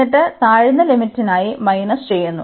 എന്നിട്ട് താഴ്ന്ന ലിമിറ്റിനായി മൈനസ് ചെയ്യുന്നു